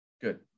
good